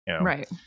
Right